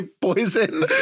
poison